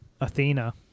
Athena